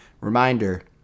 Reminder